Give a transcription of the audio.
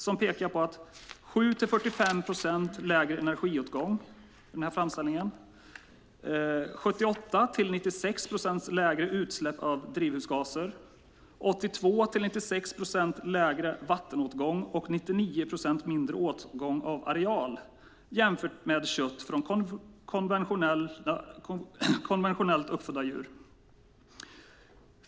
De pekar på 7-45 procent lägre energiåtgång genom detta framställningssätt, 78-96 procent lägre utsläpp av drivhusgaser, 82-96 procent lägre vattenåtgång och 99 procent mindre åtgång av areal jämfört med kött från konventionellt uppfödda djur.